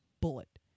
bullet